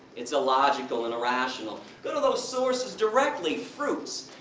it's illogical and irrational. go to those sources directly, fruits,